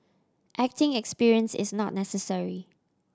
acting experience is not necessary